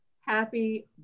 happy